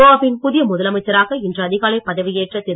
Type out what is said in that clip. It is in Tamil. கோவாவின் புதிய முதலமைச்சராக இன்று அதிகாலை பதவி ஏற்ற திரு